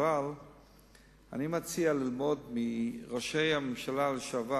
אבל אני מציע ללמוד מראשי הממשלה לשעבר